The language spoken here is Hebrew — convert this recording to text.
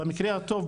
במקרה הטוב,